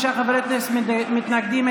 65 חברי כנסת מתנגדים.